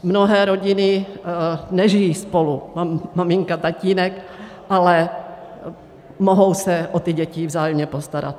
Mnohé rodiny nežijí spolu, maminka tatínek, ale mohou se o děti vzájemně postarat.